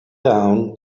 down